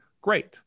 great